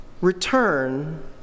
return